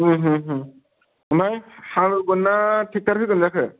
ओमफ्राय हालौगोनना ट्रेकटर होगोन जाखो